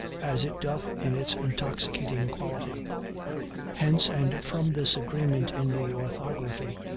as it doth in its intoxicating quality hence, and from this agreement in the orthography,